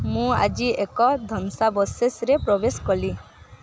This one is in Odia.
ମୁଁ ଆଜି ଏକ ଧ୍ୱଂସାବଶେଷରେ ପ୍ରବେଶ କଲି